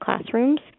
classrooms